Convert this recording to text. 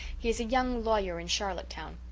he is a young lawyer in charlottetown.